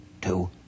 two